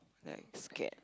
then I scared